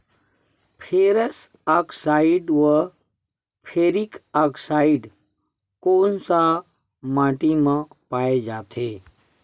Ferrous oxide व ferric oxide कोन सा माटी म पाय जाथे?